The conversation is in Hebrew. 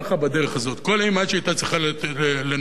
כל אימת שהיתה צריכה לנקות את התנור,